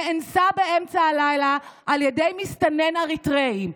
נאנסה באמצע הלילה על ידי מסתנן אריתריאי.